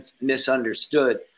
misunderstood